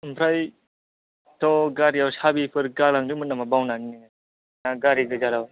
ओमफ्रायथ' गारियाव साबिफोर गालांदोंमोन नामा बावनानै नोङो ना गारि गोजाल'